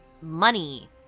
Money